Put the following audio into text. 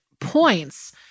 points